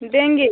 देंगे